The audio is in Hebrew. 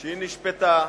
שנשפטה,